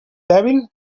dèbil